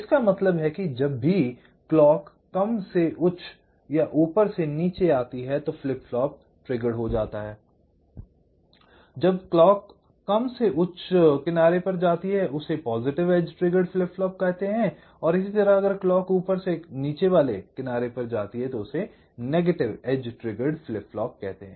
इसका मतलब है कि जब भी क्लॉक कम से उच्च या ऊपर से नीचे होती है तो फ्लिप फ्लॉप ट्रिगर्ड हो जाता है I जब क्लॉक कम से उच्च किनारे पर जाती है तो उसे positive edge triggered flip flop कहते है और इसी तरह अगर क्लॉक ऊपर से कम वाले किनारे पर जाती है तो उसे negative edge triggered flip flop कहते है